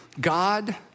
God